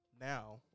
now